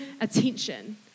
attention